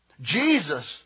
Jesus